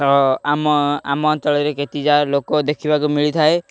ତ ଆମ ଆମ ଅଞ୍ଚଳରେ କେତେଯାକ ଲୋକ ଦେଖିବାକୁ ମିଳିଥାଏ